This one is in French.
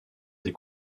des